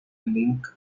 link